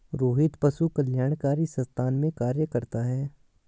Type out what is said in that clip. रोहित पशु कल्याणकारी संस्थान में कार्य करता है